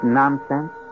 nonsense